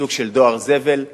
סוג של דואר זבל.